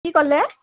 কি ক'লে